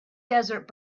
desert